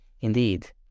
indeed